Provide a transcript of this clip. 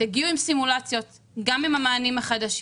תגיעו עם סימולציות גם עם המענים החדשים.